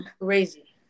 Crazy